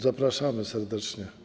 Zapraszam serdecznie.